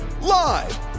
Live